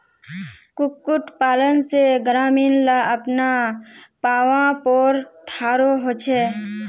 कुक्कुट पालन से ग्रामीण ला अपना पावँ पोर थारो होचे